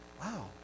Wow